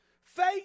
Faith